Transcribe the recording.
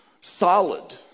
solid